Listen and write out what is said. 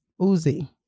Uzi